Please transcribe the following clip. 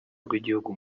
rw’igihugu